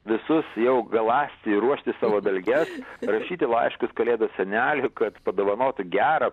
visus jau galąsti ir ruošti savo dalges rašyti laiškus kalėdų seneliui kad padovanotų gerą